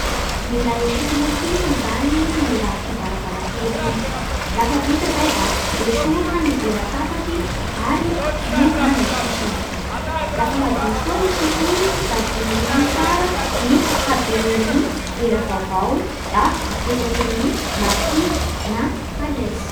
Mila esorina mihintsiny zany ny rakotry ny varavarakely iny, lafa vita zay da esorina ny vera tapaky ary diovina ny sisiny, lafa madio soa ny sisiny ingny da dinihina tsara ny haben'ny vera vaovao da apetaky amin'ny mastiky na kaless